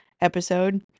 episode